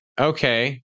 okay